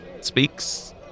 speaks